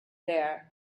there